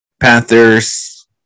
Panthers